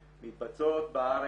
אני מבין.